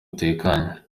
utekanye